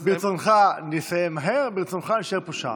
ברצונך, נסיים מהר, ברצונך, נישאר פה שעה.